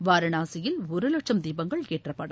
வாரணாசியில் ஒருலட்சம் தீபங்கள் ஏற்றப்படும்